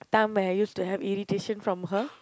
time when I used to have irritation from her